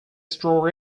straw